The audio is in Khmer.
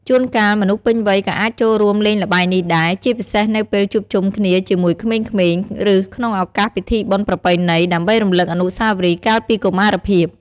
ជួនកាលមនុស្សពេញវ័យក៏អាចចូលរួមលេងល្បែងនេះដែរ ជាពិសេសនៅពេលជួបជុំគ្នាជាមួយក្មេងៗ ឬក្នុងឱកាសពិធីបុណ្យប្រពៃណី ដើម្បីរំលឹកអនុស្សាវរីយ៍កាលពីកុមារភាព។